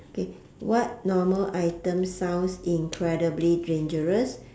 okay what normal items sounds incredibly dangerous